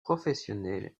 professionnel